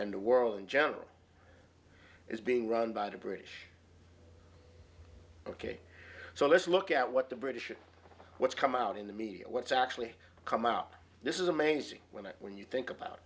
and the world in general is being run by the british ok so let's look at what the british what's come out in the media what's actually come out this is amazing when it when you think about